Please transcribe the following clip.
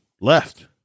left